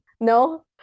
no